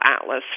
Atlas